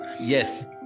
Yes